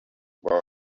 bar